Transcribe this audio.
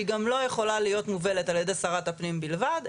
שהיא גם לא יכולה להיות מובלת על ידי שרת הפנים בלבד,